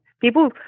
people